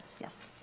Yes